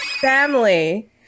Family